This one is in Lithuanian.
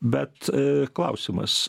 bet aaa klausimas